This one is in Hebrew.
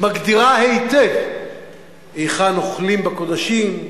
המגדירה היטב היכן אוכלים בקודשים,